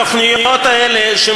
בתוכניות האלה,